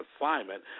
assignment